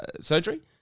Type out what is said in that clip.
surgery